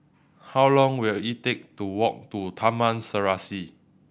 how long will it take to walk to Taman Serasi